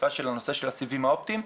בדחיפה של הנושא של הסיבים האופטיים.